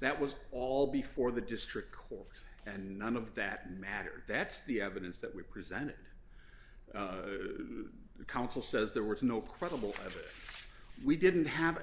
that was all before the district court and none of that mattered that's the evidence that we presented the council says there was no credible evidence we didn't have a